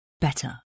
better